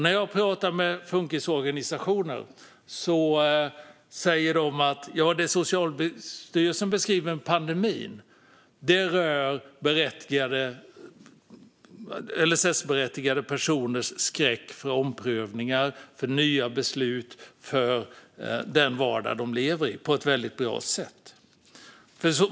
När jag pratar med funkisorganisationer säger de att Socialstyrelsen beskriver pandemin och LSS-berättigade personers skräck för omprövningar, för nya beslut och för den vardag de lever i på ett väldigt bra sätt.